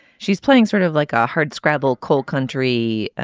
she's playing sort of like a hard scrabble coal country